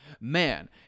man